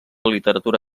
literatura